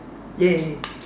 !yay!